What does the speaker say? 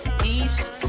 Peace